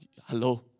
Hello